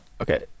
Okay